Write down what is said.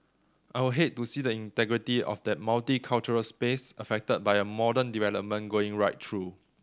I'll hate to see the integrity of that multicultural space affected by a modern development going right through